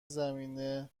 زمینه